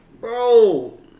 bro